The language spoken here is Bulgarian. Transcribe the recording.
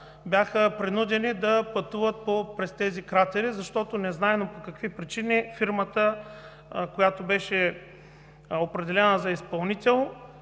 бяха принудени да пътуват през тези кратери, защото, незнайно по какви причини, фирмата, която беше определена за изпълнител,